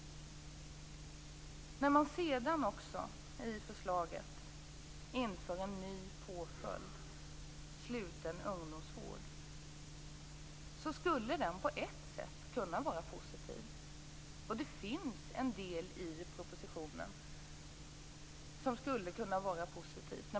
I förslaget talas det om att införa en ny påföljd, sluten ungdomsvård. På ett sätt skulle den påföljden kunna vara positiv. Det finns förvisso en del i propositionen som skulle kunna vara positivt.